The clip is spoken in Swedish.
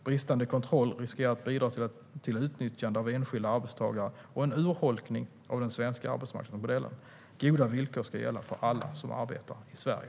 Bristande kontroll riskerar att bidra till utnyttjande av enskilda arbetstagare och en urholkning av den svenska arbetsmarknadsmodellen. Goda villkor ska gälla för alla som arbetar i Sverige.